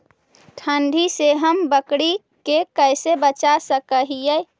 ठंडी से हम बकरी के कैसे बचा सक हिय?